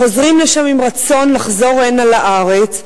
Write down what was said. וחוזרים לשם עם רצון לחזור הנה לארץ.